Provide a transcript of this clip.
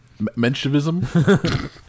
Menshevism